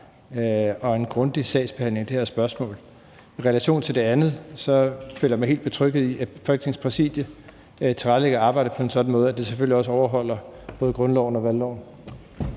og grundig sagsbehandling af det her spørgsmål. I relation til det andet føler jeg mig helt betrygget i, at Folketingets Præsidium tilrettelægger arbejdet på en sådan måde, at vi selvfølgelig overholder både grundloven og valgloven.